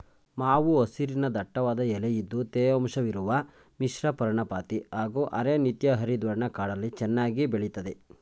ಮಾವು ಹಸಿರಿನ ದಟ್ಟವಾದ ಎಲೆ ಇದ್ದು ತೇವಾಂಶವಿರುವ ಮಿಶ್ರಪರ್ಣಪಾತಿ ಹಾಗೂ ಅರೆ ನಿತ್ಯಹರಿದ್ವರ್ಣ ಕಾಡಲ್ಲಿ ಚೆನ್ನಾಗಿ ಬೆಳಿತದೆ